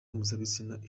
mpuzabitsina